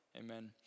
amen